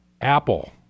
Apple